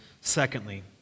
secondly